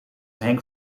henk